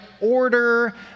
order